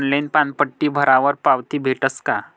Online पानपट्टी भरावर पावती भेटस का?